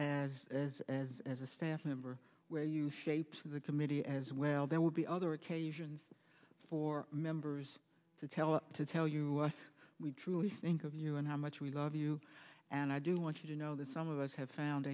as as as a staff member where you shapes of the committee as well there will be other occasions for members to tell to tell you we truly think of you and how much we love you and i do want you to know that some of us have found